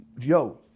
yo